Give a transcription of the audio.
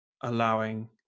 allowing